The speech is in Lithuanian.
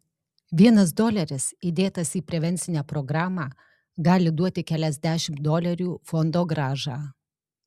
vienas doleris įdėtas į prevencinę programą gali duoti keliasdešimt dolerių fondogrąžą